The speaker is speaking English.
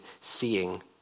seeing